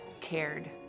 cared